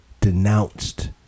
denounced